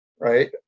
right